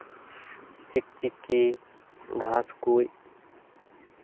ᱪᱤᱠᱪᱤᱠᱤ ᱜᱷᱟᱥ ᱠᱚᱡ